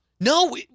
No